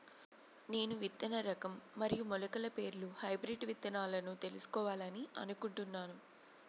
నేను విత్తన రకం మరియు మొలకల పేర్లు హైబ్రిడ్ విత్తనాలను తెలుసుకోవాలని అనుకుంటున్నాను?